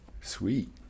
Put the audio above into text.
Sweet